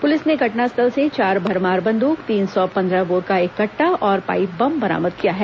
police ने घटनास्थल से चार भरमार बंद्रक तीन सौ पंद्रह बोर का एक कटटा और पाइप बम बरामद किया है